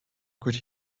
could